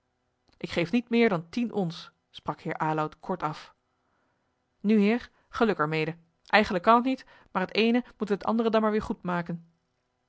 ik geef niet meer dan tien ons sprak heer aloud kortaf nu heer geluk er mede eigenlijk kan het niet maar het eene moet het andere dan maar weer goed maken